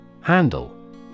Handle